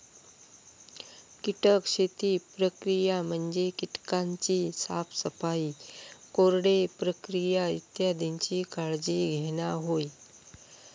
कीटक शेती प्रक्रिया म्हणजे कीटकांची साफसफाई, कोरडे प्रक्रिया इत्यादीची काळजी घेणा होय